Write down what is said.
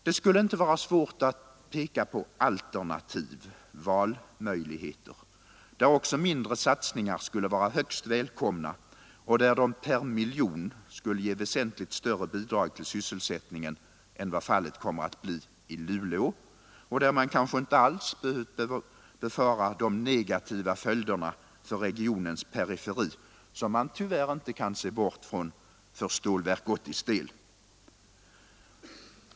Det skulle inte vara svårt att peka på alternativ, valmöjligheter, där också mindre satsningar skulle vara högst välkomna och där de per miljon skulle ge väsentligt större bidrag till sysselsättningen än vad fallet kommer att bli i Luleå och där man kanske alls inte behövt befara de negativa följder för regionens periferi, som man tyvärr inte kan se bort från för Stålverk 80:s del.